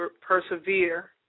persevere